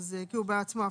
כי הוא בעצמו הפרשות.